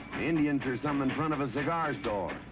lndians are something in front of a cigar store.